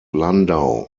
landau